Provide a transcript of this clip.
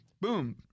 boom